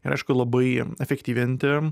ir aišku labai efektyvinti